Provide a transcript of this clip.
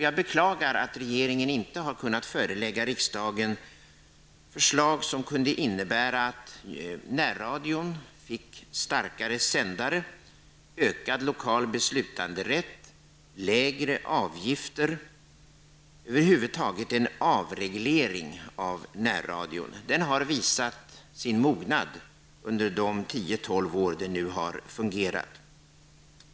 Jag beklagar att regeringen inte har kunnat förelägga riksdagen ett förslag som kunde innebära att Närradion fick starkare sändare, ökad lokal beslutanderätt, lägre avgifter och över huvud taget en avreglering av närradioverksamheten. Närradion har visat sin mognad under de tio tolv år som den har fungerat.